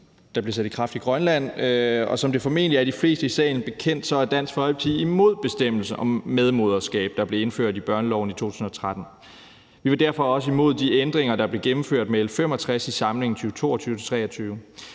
der bliver sat i kraft i Grønland. Og som det formentlig er de fleste i salen bekendt, er Dansk Folkeparti imod bestemmelsen om medmoderskab, der blev indført i børneloven i 2013. Vi var derfor også imod de ændringer, der blev gennemført med L 65 i samlingen 2022-23.